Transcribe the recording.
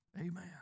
amen